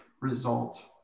result